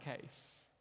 case